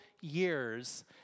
years